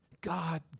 God